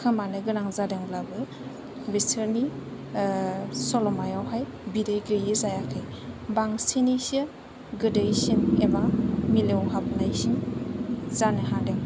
खोमानो गोनां जादोंब्लाबो बिसोरनि सल'मायाव हाय बिदै गैयै जायाखै बांसिनैसो गोदैसिन एबा मिलौहाबनायसिन जानो हादों